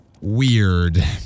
weird